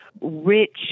rich